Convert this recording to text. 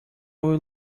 will